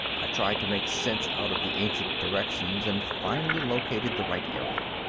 i tried to make sense out of the ancient directions and finally located the right area.